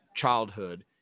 childhood